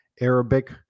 Arabic